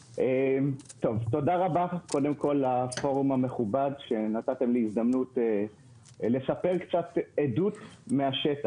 תודה רבה לפורום המכובד שנתתם לי הזדמנות לספר קצת עדות מהשטח.